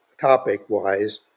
topic-wise